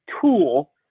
tool